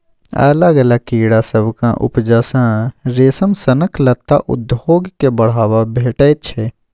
अलग अलग कीड़ा सभक उपजा सँ रेशम सनक लत्ता उद्योग केँ बढ़ाबा भेटैत छै